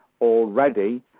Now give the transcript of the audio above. already